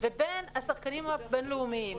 לבין השחקנים הבין-לאומיים,